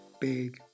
big